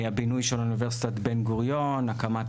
הבינוי של אוניברסיטת בן-גוריון; הקמת